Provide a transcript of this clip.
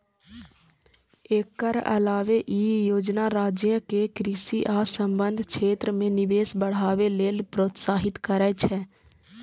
एकर अलावे ई योजना राज्य कें कृषि आ संबद्ध क्षेत्र मे निवेश बढ़ावे लेल प्रोत्साहित करै छै